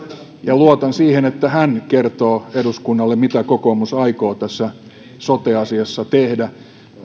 luotan siihen että hän kertoo eduskunnalle mitä kokoomus aikoo tässä sote asiassa tehdä